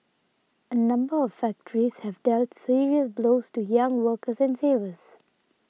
a number of factories have dealt serious blows to young workers and savers